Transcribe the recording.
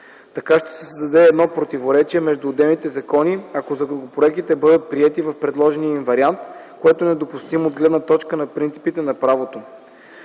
Така ще се създаде едно противоречие между отделните закони, ако законопроектите бъдат приети в предложения им вариант, което е недопустимо от гледна точка на принципите на правото.